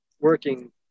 working